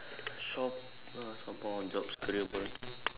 shop~ uh some more jobs career goals